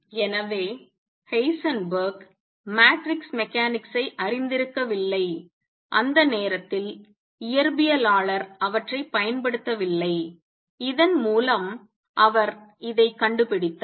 எனவே Heisenberg matrix மெக்கானிக்ஸை அறிந்திருக்கவில்லை அந்த நேரத்தில் இயற்பியலாளர் அவற்றைப் பயன்படுத்தவில்லை இதன் மூலம் அவர் இதைக் கண்டுபிடித்தார்